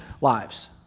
lives